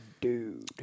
dude